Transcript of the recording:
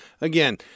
Again